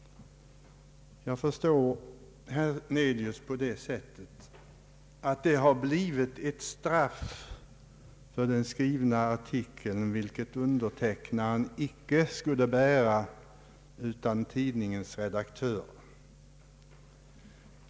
Jag förstår att herr Hernelius anser att den skrivna artikeln medfört ett straff, vilket undertecknaren icke bort bära utan i stället tidningens redaktör.